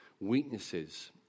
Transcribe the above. weaknesses